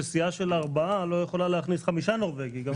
שסיעה של ארבעה לא יכולה להכניס חמישה "נורבגים".